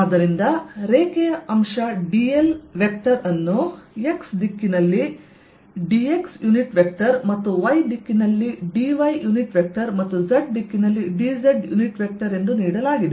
ಆದ್ದರಿಂದ ರೇಖೆಯ ಅಂಶ dl ವೆಕ್ಟರ್ ಅನ್ನು x ದಿಕ್ಕಿನಲ್ಲಿ dx ಯುನಿಟ್ ವೆಕ್ಟರ್ ಮತ್ತು y ದಿಕ್ಕಿನಲ್ಲಿ dy ಯುನಿಟ್ ವೆಕ್ಟರ್ ಮತ್ತು z ದಿಕ್ಕಿನಲ್ಲಿ dz ಯುನಿಟ್ ವೆಕ್ಟರ್ ಎಂದು ನೀಡಲಾಗಿದೆ